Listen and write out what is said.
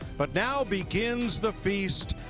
but now begins the phased,